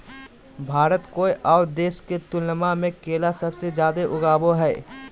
भारत कोय आउ देश के तुलनबा में केला सबसे जाड़े उगाबो हइ